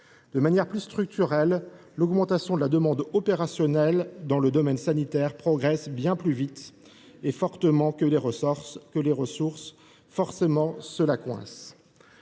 De manière plus structurelle, l’augmentation de la demande opérationnelle dans le domaine sanitaire progresse bien plus vite et plus fortement que les ressources. Forcément, cela coince…